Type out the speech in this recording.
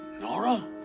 Nora